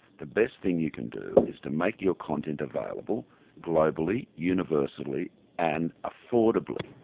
the best thing you can do is to make your content available globally, universally and affordably.